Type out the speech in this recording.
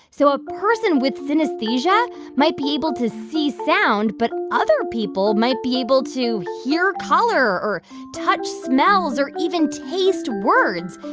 so a person with synesthesia might be able to see sound. but other people might be able to hear color or touch smells or even taste words.